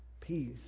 peace